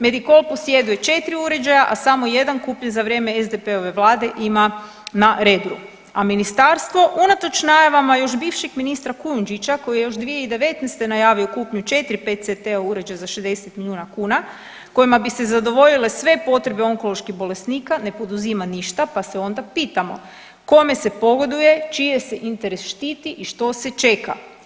Medikol posjeduje 4 uređaja, a samo jedan kupljen za vrijeme SDP-ove vlade ima na Rebru, a ministarstvo unatoč najavama još bivšeg ministra Kujundžića koji je još 2019. najavio kupnju 4 PETCT uređaja za 60 miliona kuna kojima bi se zadovoljile sve potrebe onkoloških bolesnika ne poduzima ništa pa se onda pitamo, kome se pogoduje, čiji se interes štiti i što se čeka.